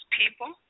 people